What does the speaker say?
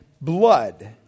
blood